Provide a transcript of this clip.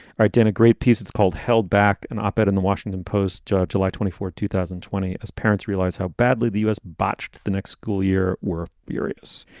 ah dana, great piece. it's called held back, an op ed in the washington post, july july twenty four, two thousand and twenty, as parents realize how badly the u s. botched the next school year were furious.